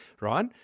right